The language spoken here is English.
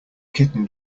kitten